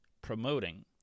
promoting